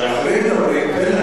כשאחרים מדברים, תן